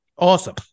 Awesome